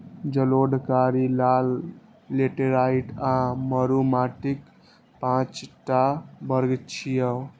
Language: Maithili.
जलोढ़, कारी, लाल, लेटेराइट आ मरु माटिक पांच टा वर्ग छियै